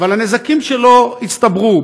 אבל הנזקים שלו הצטברו,